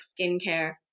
skincare